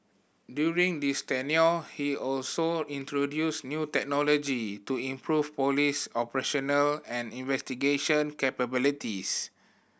during this tenure he also introduced new technology to improve police operational and investigation capabilities